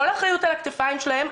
כל האחריות על הכתפיים שלהם,